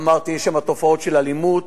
אמרתי: יש שם תופעות של אלימות,